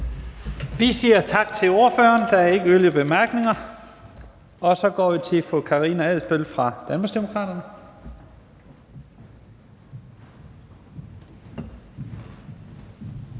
Jensen): Tak til ordføreren. Der er ikke yderligere korte bemærkninger. Så går vi til fru Karina Adsbøl fra Danmarksdemokraterne.